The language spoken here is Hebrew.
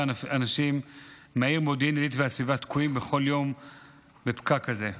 אנשים מהעיר מודיעין עילית והסביבה תקועים בכל יום בפקק הזה.